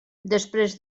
després